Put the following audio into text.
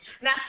Now